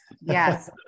Yes